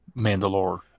Mandalore